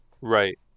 Right